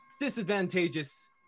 disadvantageous